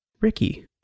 Ricky